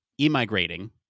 emigrating